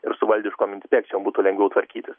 ir su valdiškom inspekcijom būtų lengviau tvarkytis